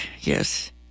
yes